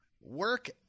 Work